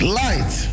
light